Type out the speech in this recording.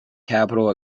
capital